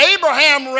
Abraham